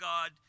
God